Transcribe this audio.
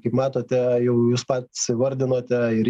kaip matote jau jūs pats įvardinote ir